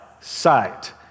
sight